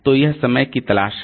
तो वह समय की तलाश है